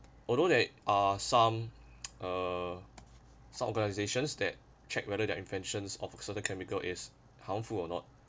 although there are some uh sort of organization that check whether their inventions of the chemical is harmful or not